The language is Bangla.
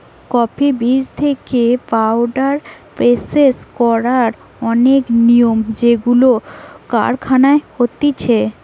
কফি বীজ থেকে পাওউডার প্রসেস করার অনেক নিয়ম যেইগুলো কারখানায় হতিছে